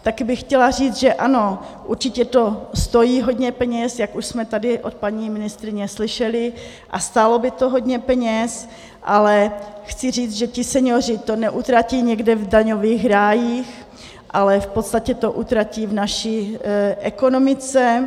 Taky bych chtěla říct, že ano, určitě to stojí hodně peněz, jak už jsme tady od paní ministryně slyšeli, a stálo by to hodně peněz, ale chci říct, že ti senioři to neutratí někde v daňových rájích, ale v podstatě to utratí v naší ekonomice.